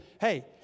hey